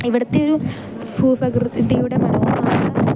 ഇവിടുത്തെ ഒരു ഭൂപകൃതിയുടെ മനോഹാരിത